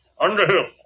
Underhill